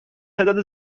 تعداد